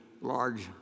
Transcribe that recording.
large